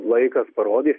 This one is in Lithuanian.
laikas parodys